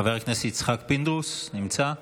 חבר הכנסת יצחק פינדרוס נמצא?